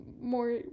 more